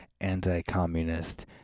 anti-communist